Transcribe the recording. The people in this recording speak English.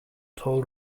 toll